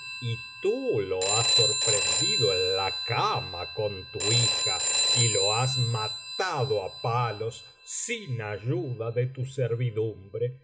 y tú lo has sorprendido en la cama con tu hija y lo has matado á palos sin ayuda de tu servidumbre